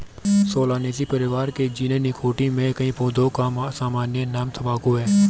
Solanaceae परिवार के genus Nicotiana में कई पौधों का सामान्य नाम तंबाकू है